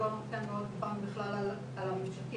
עוד לא דיברנו בכלל על הממשקים,